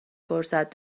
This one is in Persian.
فرصت